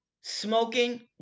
smoking